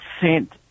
sent